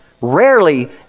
Rarely